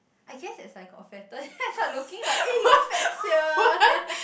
I guess as I got fatter then I start looking like eh your fats here